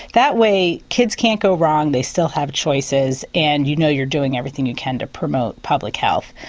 that way kids can't go wrong they still have choices and you know you're doing everything you can to promote public health.